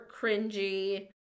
cringy